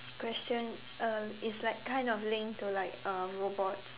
question um is like kind of linked to like uh robot